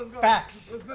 Facts